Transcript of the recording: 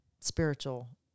spiritual